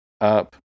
up